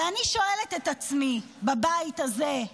ואני שואלת את עצמי בבית הזה: